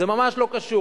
זה ממש לא קשור.